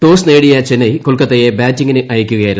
toss നേടിയ ചെന്നൈ കൊൽക്കത്തയെ ബാറ്റിംഗിന് അയക്കുകയായിരുന്നു